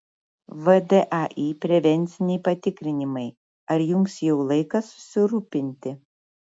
vdai prevenciniai patikrinimai ar jums jau laikas susirūpinti